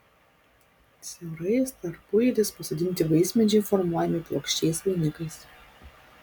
siaurais tarpueiliais pasodinti vaismedžiai formuojami plokščiais vainikais